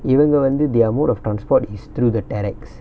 இவங்க வந்து:ivanga vanthu their mode of transport is through the terrex